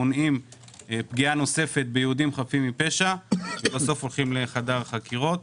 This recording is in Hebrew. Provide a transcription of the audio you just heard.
מונעים פגיעה נוספת ביהודים חפים מפשע ובסוף הולכים לחדר החקירות.